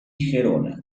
gerona